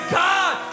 god